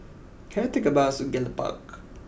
can I take a bus to Gallop Park